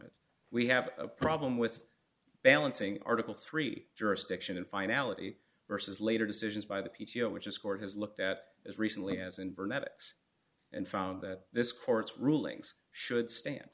it we have a problem with balancing article three jurisdiction and finality versus later decisions by the p t o which is court has looked at as recently as in ver medics and found that this court's rulings should stand